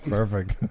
Perfect